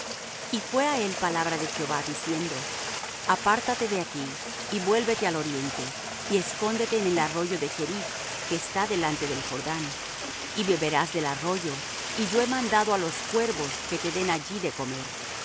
y fué á él palabra de jehová diciendo apártate de aquí y vuélvete al oriente y escóndete en el arroyo de cherith que está delante del jordán y beberás del arroyo y yo he mandado á los cuervos que te den allí de comer